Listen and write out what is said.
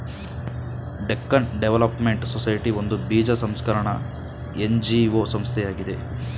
Deccan development society ಒಂದು ಬೀಜ ಸಂಸ್ಕರಣ ಎನ್.ಜಿ.ಒ ಸಂಸ್ಥೆಯಾಗಿದೆ